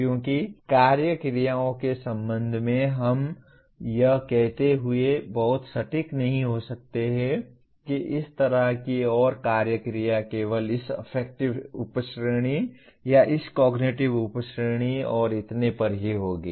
क्योंकि कार्य क्रियाओं के संबंध में हम यह कहते हुए बहुत सटीक नहीं हो सकते हैं कि इस तरह की और कार्य क्रिया केवल इस अफेक्टिव उपश्रेणी या इस कॉग्निटिव उपश्रेणी और इतने पर ही होगी